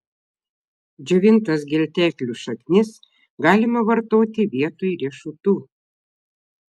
džiovintas gelteklių šaknis galima vartoti vietoj riešutų